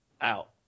out